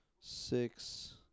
six